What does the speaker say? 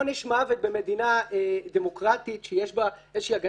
עונש מוות במדינה דמוקרטית שיש בה הגנה